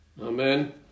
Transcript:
Amen